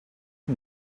you